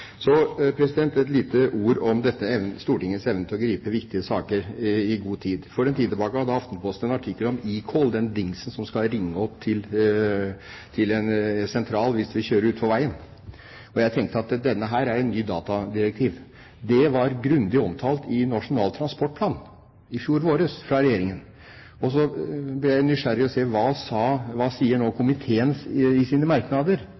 Så et lite ord om Stortingets evne til å gripe viktige saker i god tid. For en tid tilbake hadde Aftenposten en artikkel om eCall – den dingsen som skal ringe opp til en sentral hvis vi kjører utfor veien – og jeg tenkte at dette er et nytt datadirektiv. Den var grundig omtalt i Nasjonal transportplan fra regjeringen i fjor våres. Så ble jeg nysgjerrig på hva komiteen sa